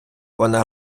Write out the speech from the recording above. вона